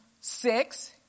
six